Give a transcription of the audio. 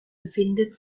befindet